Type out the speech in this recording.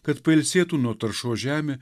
kad pailsėtų nuo taršos žemė